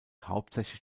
hauptsächlich